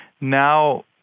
Now